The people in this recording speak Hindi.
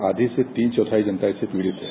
आधा से तीन चौथाई जनता इससे पीड़ित है